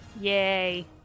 Yay